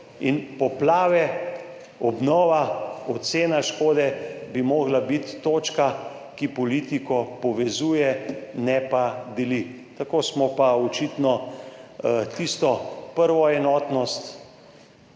Poplave, obnova, ocena škode bi mogle biti točke, ki politiko povezujejo, ne pa delijo. Tako smo pa očitno opravili tisto prvo enotnost,